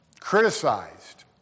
Criticized